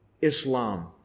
Islam